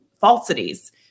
falsities